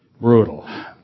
brutal